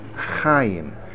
Chaim